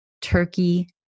Turkey